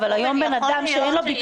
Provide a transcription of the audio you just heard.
לא, כי הוא לא יכול להשתתף בסדנא.